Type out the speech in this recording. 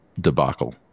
debacle